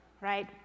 right